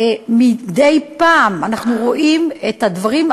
ומדי פעם אנחנו אף רואים את הדברים,